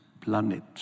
planet